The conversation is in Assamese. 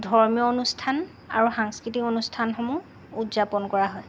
ধৰ্মীয় অনুষ্ঠান আৰু সাংস্কৃতিক অনুষ্ঠানসমূহ উদযাপন কৰা হয়